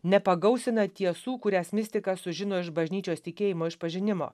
nepagausina tiesų kurias mistika sužino iš bažnyčios tikėjimo išpažinimo